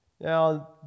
Now